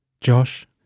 Josh